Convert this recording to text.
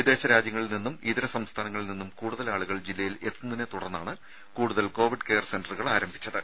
വിദേശ രാജ്യങ്ങളിൽ നിന്നും ഇതര സംസ്ഥാനങ്ങളിൽ നിന്നും കൂടുതൽ ആളുകൾ ജില്ലയിൽ എത്തുന്നതിനെത്തുടർന്നാണ് കൂടുതൽ കോവിഡ് കെയർ സെന്ററുകൾ ആരംഭിച്ചത്